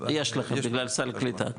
יש לכם בגלל סל קליטה,